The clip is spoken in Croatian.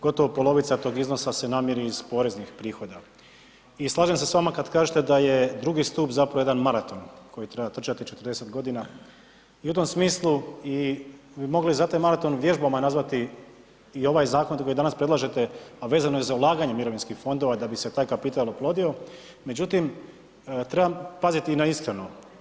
Gotovo polovica tog iznosa se namiri iz poreznih prihoda i slažem se s vama kad kažete da je II. stup zapravo jedan maraton koji treba trčati 40 godina i u tom smislu bi mogli za taj maraton vježbama nazvati i ovaj zakon koji danas predlažete, a vezano je za ulaganje mirovinskih fondova da bi se taj kapital oplodio, međutim, trebam paziti i na ishranu.